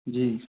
जी